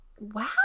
Wow